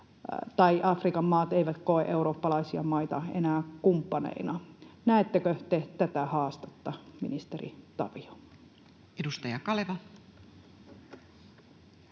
jos Afrikan maat eivät koe eurooppalaisia maita enää kumppaneina. Näettekö te tätä haastetta, ministeri Tavio? [Speech